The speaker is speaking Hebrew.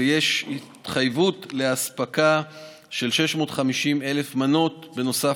ויש התחייבות לאספקה של 650,000 מנות נוסף